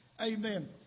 Amen